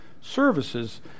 services